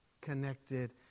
connected